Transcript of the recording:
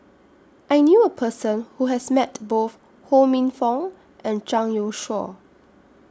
I knew A Person Who has Met Both Ho Minfong and Zhang Youshuo